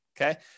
okay